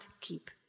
keep